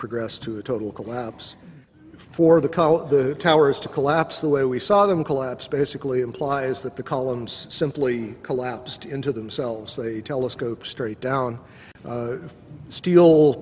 progress to a total collapse for the cow the towers to collapse the way we saw them collapse basically implies that the columns simply collapsed into themselves they telescope straight down